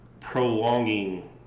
prolonging